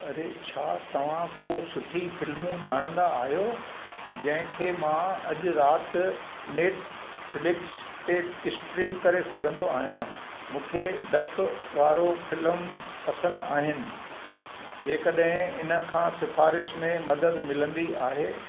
अरे छा तव्हां को सुठी फिल्मूं ॼाणंदा आहियो जंहिं खे मां अॼु राति नेटफिल्क्स ते स्ट्रीम करे सघंदो आहियां मूंखे ॾपु वारो फिल्म पसंदि आहिनि जेकॾहिं इन खां सिफ़ारिश में मदद मिलंदी आहे